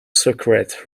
secret